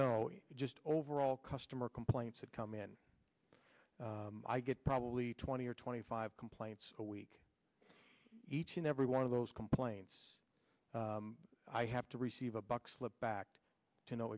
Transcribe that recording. know just overall customer complaints that come in i get probably twenty or twenty five complaints a week each and every one of those complaints i have to receive a buck slipped back to know